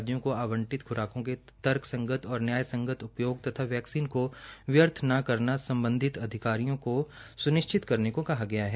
राज्यों की आवंटित ख्रकों के तर्कसंगत और न्यायसंगत उपयोग तथा वैक्सन को व्यर्थ न करना सम्बधित अधिकारियों को सुनिश्चित करने को कहा गया है